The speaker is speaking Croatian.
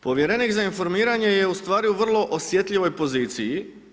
Povjerenik za informiranje je ustvari u vrlo osjetljivoj poziciji.